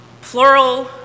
Plural